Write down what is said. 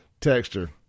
texture